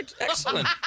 Excellent